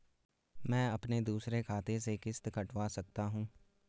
मैं अपने दूसरे खाते से किश्त कटवा सकता हूँ?